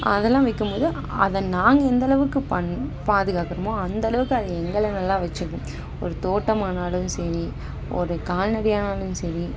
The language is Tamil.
அதெல்லாம் வைக்கும் போது அதை நாங்கள் எந்த அளவுக்கு பண் பாதுகாக்கிறமோ அந்த அளவுக்கு அது எங்களை நல்லா வச்சிக்கும் ஒரு தோட்டமானாலும் சரி ஒரு கால்நடையானாலும் சரி